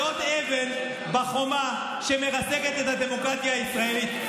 זו עוד אבן בחומה שמרסקת את הדמוקרטיה הישראלית.